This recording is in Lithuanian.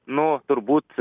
nu turbūt